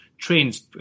trends